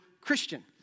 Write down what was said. Christian